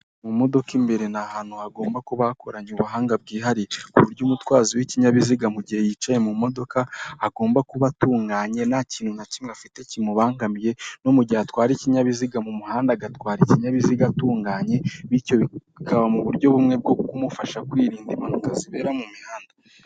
Mu modoka imbere ni ahantu hagomba kuba hakoranye ubuhanga bwihariye ku buryo umutwazo w'ikinyabiziga mu gihe yicaye mu modoka agomba kuba atunganye nta kintu na kimwe afite kimubangamiye no mu gihe atwara ikinyabiziga mu muhanda agatwara ikinyabiziga atunganye bityo bikaba mu buryo bumwe bwo kumufasha kwirinda impanuka zibera mu mihanda.